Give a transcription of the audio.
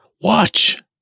watch